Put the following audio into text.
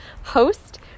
host